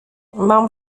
mam